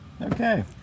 okay